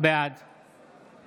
בעד